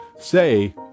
say